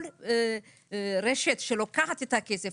כל רשת שלוקחת את הכסף,